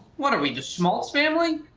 what are we, the schmaltz family?